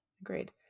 Agreed